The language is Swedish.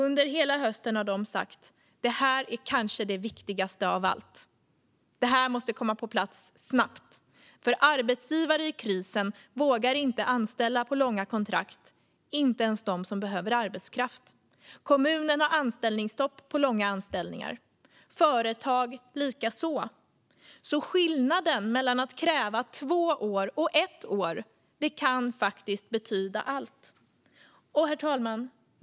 Under hela hösten har de sagt: Det här är kanske det viktigaste av allt. Det här måste komma på plats snabbt, för arbetsgivare vågar inte anställa på långa kontrakt i krisen - inte ens de som behöver arbetskraft. Kommunerna har anställningsstopp på långa anställningar, företag likaså. Skillnaden mellan att kräva ett år och att kräva två år kan faktiskt betyda allt. Herr talman!